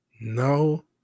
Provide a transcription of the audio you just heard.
No